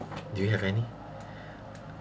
do you have any